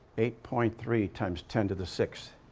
eight point three times ten to the sixth